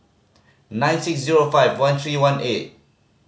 nine six zero five one three one eight